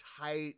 tight